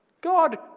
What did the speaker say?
God